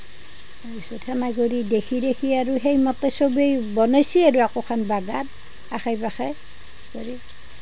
সেনেকৰি দেখি দেখি আৰু সেইমতে সবে বনাইছে আৰু একোখন বাগান আশে পাশে কৰি